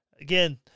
Again